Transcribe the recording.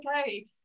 okay